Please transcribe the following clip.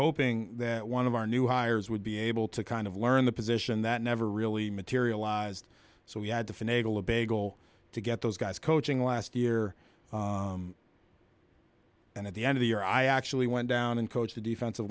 hoping that one of our new hires would be able to kind of learn the position that never really materialized so we had to finagle a big goal to get those guys coaching last year and at the end of the year i actually went down and coached a defensive